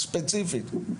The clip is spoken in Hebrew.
ספציפית.